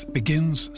begins